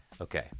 Okay